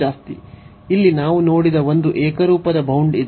ಇಲ್ಲಿ ನಾವು ನೋಡಿದ ಒಂದು ಏಕರೂಪದ ಬೌಂಡ್ ಇದೆ